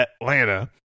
Atlanta